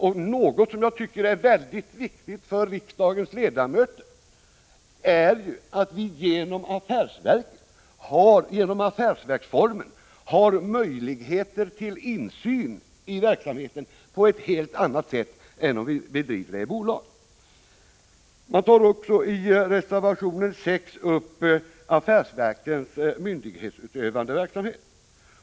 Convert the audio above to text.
Och något som jag tycker är viktigt för riksdagens ledamöter är att vi genom affärsverksformen har möjlighet till insyn i verksamheten på ett helt annat sätt än om verksamheten bedrivs i bolagsform. I reservation 6 behandlas affärsverkens myndighetsutövande verksamhet.